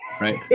right